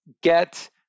get